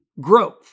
growth